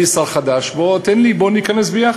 אני שר חדש, בוא,